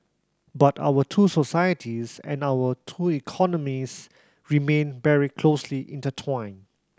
but our two societies and our two economies remained very closely intertwined